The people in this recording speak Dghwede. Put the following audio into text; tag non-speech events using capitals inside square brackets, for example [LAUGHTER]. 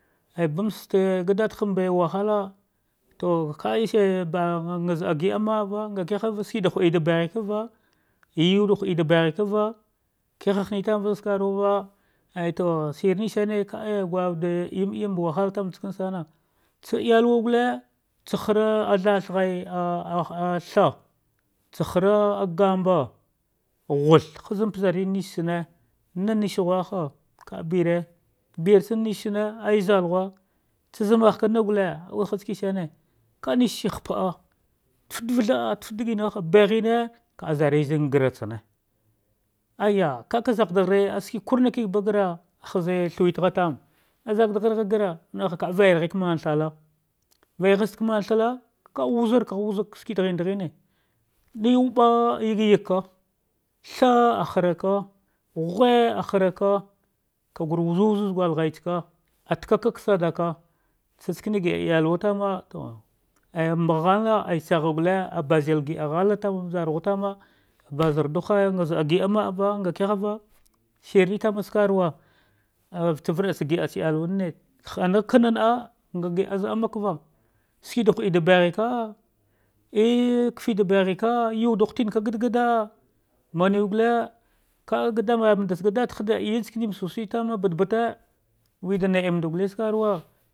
Aya bauste ga dadaha ma wahala to [UNINTELLIGIBLE] nga zaah gida mava nga nga kihava shida hade baghe kava yawda haghede da baghe kava ka hine tamava sakarnea af to shine sane kawud em embe malatse sakan ska tsa ayalwa gule, tsa ghare zal thir ghauk tsahura gamba ghuhnarth ha pazakr nestsare naneshihu hu ha ka bare, baratsane nease tsa ne, ayi zalghu tsa zamekena qule wahartsane same kanbestsa ha pa'al da tafa dava dhava sta dauskefe baghan ka zarin zan gara tsane ie ka kasadaghe ske kuna kukba gra ea ka ka zagdagha ske kun a kuaba gara az tha we ghatam, azadagraghe gram kate valtana nazaveghe tuwa shke daghene ka viyar gha da mak tsala, meghasta man tsala kawuz ka wuza ske daine, beyube eyagyaje tha hare ka ghe ah haraka, ka gu wuza wah zag gugha tsaka, ah taka kaghana ka tsa skene giɗa igawe tama to mbeh ghome tsa gule, abazil ginh ghana tama janghu tama ah bazardu haya mgaza'al, kamava shir u btane skawu fata varda tsa gida iya wane ha kana na'a ngagida makva sue da pude de paghe ka ah e kefe da paghe ka'e huten ka ah e kefe da paghe ka'e huten ka gad gad man ew gulle, ka vda ghaya da siseye tama bata be we da na em da guke sakarwa.